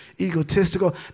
egotistical